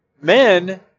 men